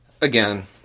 Again